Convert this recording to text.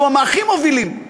שהוא מהכי מובילים,